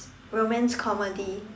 romance comedy